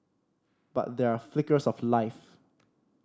but there are flickers of life